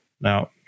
Now